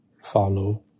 follow